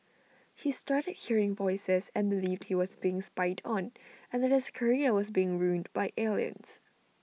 he started hearing voices and believed he was being spied on and that his career was being ruined by aliens